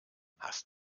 hast